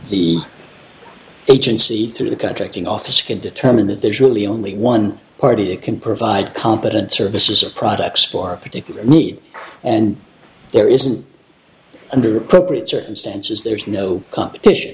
the agency through the contracting office can determine that there's really only one party that can provide competent services or products for a particular need and there isn't under appropriate circumstances there is no competition